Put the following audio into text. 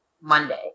Monday